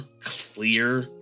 clear